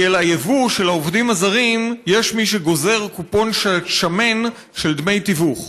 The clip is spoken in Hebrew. כי על היבוא של העובדים הזרים יש מי שגוזר קופון שמן של דמי תיווך.